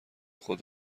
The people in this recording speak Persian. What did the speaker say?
خود